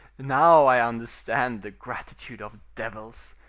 now i understand the gratitude of devils.